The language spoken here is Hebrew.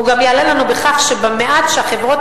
הוא גם יעלה לנו בכך שבמעט שהחברות